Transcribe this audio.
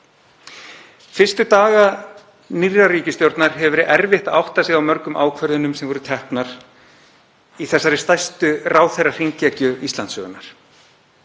Fyrstu daga nýrrar ríkisstjórnar hefur verið erfitt að átta sig á mörgum ákvörðunum sem voru teknar í þessari stærstu ráðherrahringekju Íslandssögunnar.